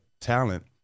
talent